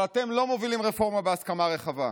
אבל אתם לא מובילים רפורמה בהסכמה רחבה,